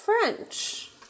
French